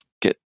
get